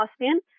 Austin